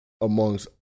amongst